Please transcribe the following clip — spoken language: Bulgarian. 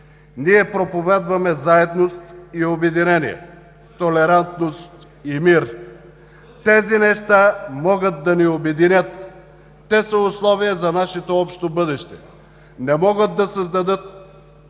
Ние проповядваме заедност и обединение, толерантност и мир. Тези неща могат да ни обединят, те са условие за нашето общо бъдеще. Те могат да създадат мнозинство